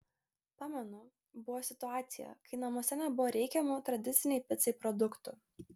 pamenu buvo situacija kai namuose nebuvo reikiamų tradicinei picai produktų